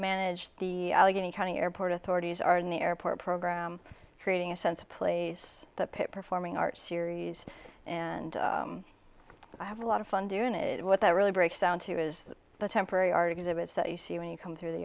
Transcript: manage the allegheny county airport authorities are in the airport program creating a sense of place the pit performing arts series and i have a lot of fun doing it what i really breaks down to is the temporary art exhibits that you see when you come through the